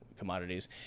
commodities